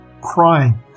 crying